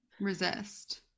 resist